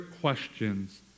questions